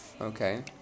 Okay